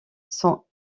sont